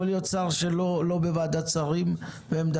יכול להיות שר שהוא לא בוועדת שרים ועמדתו